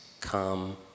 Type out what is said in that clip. come